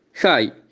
Hi